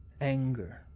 anger